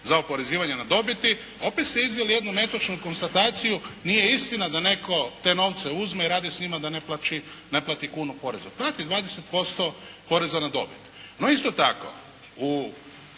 za oporezivanje na dobiti. Opet ste iznijeli jednu netočnu konstataciju. Nije istina da netko te novce uzme i radi sa njima da ne plati kunu poreza. Pa date 20% poreza na dobit. No isto tako, u